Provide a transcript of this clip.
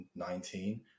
2019